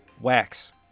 Wax